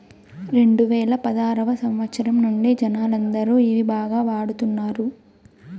రెండువేల పదారవ సంవచ్చరం నుండి జనాలందరూ ఇవి బాగా వాడుతున్నారు